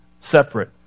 separate